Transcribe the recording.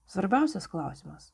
svarbiausias klausimas